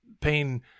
pain